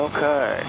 Okay